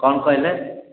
କ'ଣ କହିଲେ